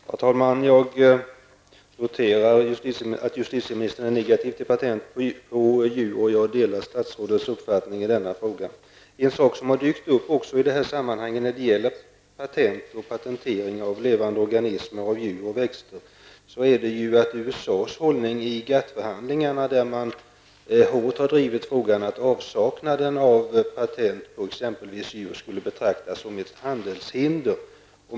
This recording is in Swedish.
Herr talman! Jag noterar att justitieministern är negativ till patent på djur. Jag delar statsrådets uppfattning i denna fråga. En sak som dykt upp i dessa sammanhang när det gäller patentering av levande organismer, djur och växter är USAs hållning i GATT-förhandlingarna. USA har hårt drivit frågan att avsaknaden av patent på exempelvis djur skulle betraktas som ett handelshinder.